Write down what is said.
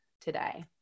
today